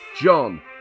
John